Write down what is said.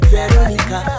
Veronica